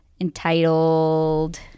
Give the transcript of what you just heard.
entitled